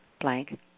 blank